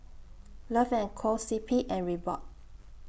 Love and Co C P and Reebok